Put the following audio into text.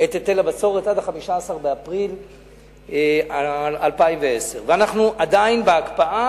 את היטל הבצורת עד 15 באפריל 2010. אנחנו עדיין בהקפאה,